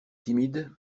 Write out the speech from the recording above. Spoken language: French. timide